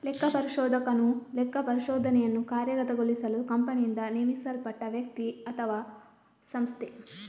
ಲೆಕ್ಕಪರಿಶೋಧಕನು ಲೆಕ್ಕಪರಿಶೋಧನೆಯನ್ನು ಕಾರ್ಯಗತಗೊಳಿಸಲು ಕಂಪನಿಯಿಂದ ನೇಮಿಸಲ್ಪಟ್ಟ ವ್ಯಕ್ತಿ ಅಥವಾಸಂಸ್ಥೆ